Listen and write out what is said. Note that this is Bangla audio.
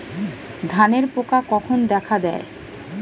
ধানের পোকা কখন দেখা দেয়?